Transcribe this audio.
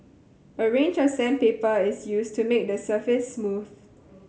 a range of sandpaper is used to make the surface smooth